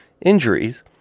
injuries